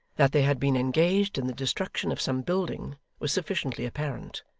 that they had been engaged in the destruction of some building was sufficiently apparent,